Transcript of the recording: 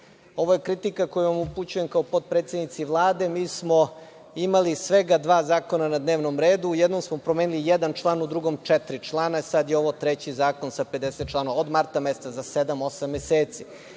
Ovo je kritika koju vam upućujem kao potpredsednici Vlade. Mi smo imali svega dva zakona na dnevnom redu, u jednom smo promenili jedan član, u drugom četiri člana, sada je ovo treći zakon sa 50 članova od marta meseca, za sedam,